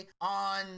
on